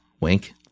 Wink